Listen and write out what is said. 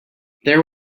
there